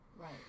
Right